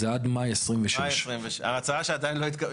זה עד מאי 2026. מאי 2026. ההצעה שעדיין לא התקבלה,